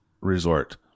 resort